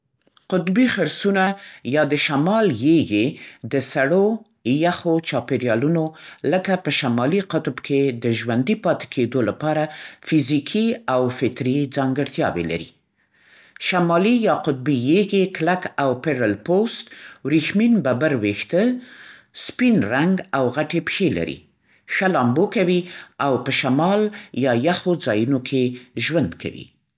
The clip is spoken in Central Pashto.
قطبي خرسونه یا د شمال ییږې د سړو، یخو چاپېریالونو لکه په شمالی قطب کې د ژوندي پاتې کېدو لپاره فزیکي او فطري ځانګړتیاوې لري. شمالي یا قطبې یېږې کلک او پېرړل پوست، وریښمین ببر ویښته، سپین رنګ او غټې پښې لري. ښه لامبو کوي او په شمال یا یخو ځایونو کې ژوند کوي.